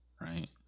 right